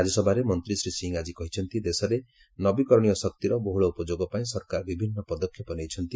ରାଜ୍ୟସଭାରେ ମନ୍ତ୍ରୀ ଶ୍ରୀ ସିଂ ଆଜି କହିଛନ୍ତି ଦେଶରେ ନବୀକରଣୀୟ ଶକ୍ତିର ବହୁଳ ଉପଯୋଗ ପାଇଁ ସରକାର ବିଭିନ୍ନ ପଦକ୍ଷେପ ନେଇଛନ୍ତି